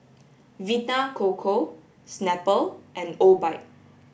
Vita Coco Snapple and Obike